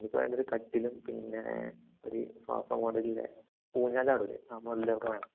എനിക്ക് വേണ്ടത് കട്ടിലും പിന്നെ ഒരു സോഫ മോഡലിൽ ഊഞ്ഞാൽ ആടുകയില്ലേ ആ മോഡലിൽ ഒക്കെ വേണം